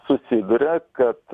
susiduria kad